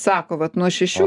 sako vat nuo šešių